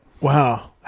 Wow